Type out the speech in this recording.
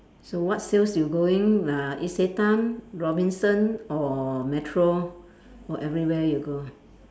so what sales you going uh Isetan Robinson or Metro or everywhere you go